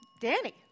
Danny